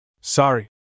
Sorry